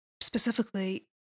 specifically